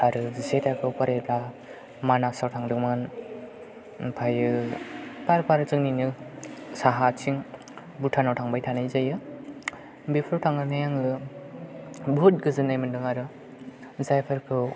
आरो जिसे थाखोआव फरायब्ला मानासआव थांदोंमोन ओमफ्राय बार बार जोंनिनो साहाथिं भुटानआव थांबाय थानाय जायो बेफोराव थांनानै आङो बहुद गोजोननाय मोनदों आरो जायफोरखौ